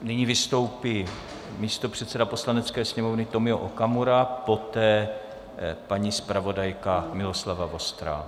Nyní vystoupí místopředseda Poslanecké sněmovny Tomio Okamura, poté paní zpravodajka Miloslava Vostrá.